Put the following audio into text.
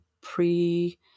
pre